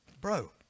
bro